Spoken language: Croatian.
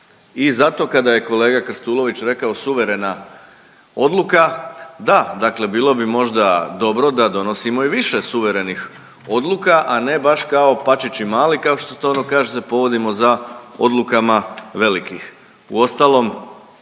I zato kada je kolega Krstulović rekao suverena odluka, da, dakle bilo bi možda dobro da donosimo i više suverenih odluka, a ne kao pačići mali kako se to ono kaže, povodimo za odlukama velikih. Uostalom